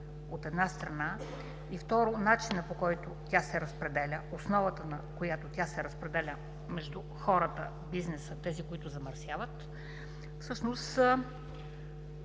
от една страна, и, второ, начинът, по който, тя се разпределя, основата, на която тя се разпределя между хората, бизнеса – тези, които замърсяват, всъщност